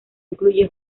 incluye